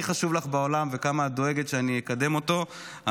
חשוב לך בעולם וכמה דואגת שאני אקדם אותו,